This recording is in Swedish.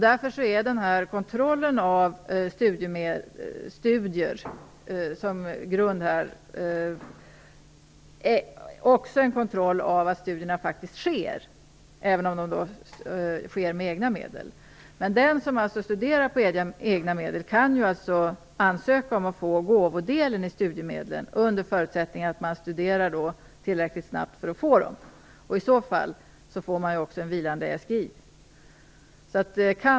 Därför är kontrollen av studierna en kontroll också av att studier faktiskt sker, även om de bedrivs med egna medel. Den som studerar med egna medel kan alltså ansöka om att få gåvodelen i studiemedlen under förutsättning att man studerar i tillräckligt snabb takt. I så fall får man också en vilande SGI.